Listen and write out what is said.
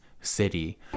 City